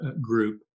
Group